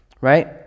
right